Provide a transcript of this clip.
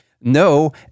No